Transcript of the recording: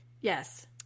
yes